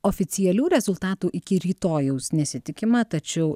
oficialių rezultatų iki rytojaus nesitikima tačiau